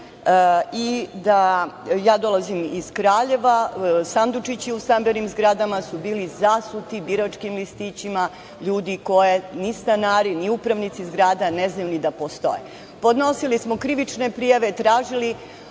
Ja dolazim iz Kraljeva. Sandučići u stambenim zgradama su bili zasuti biračkim listićima ljudi koje ni stanari, ni upravnici zgrada ne znaju ni da postoje. Podnosili smo krivične prijave, tražili